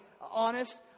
honest